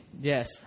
Yes